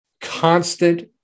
constant